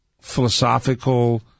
philosophical